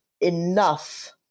enough